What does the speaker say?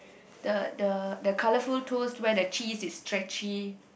the the the colourful toast where the cheese is stretchy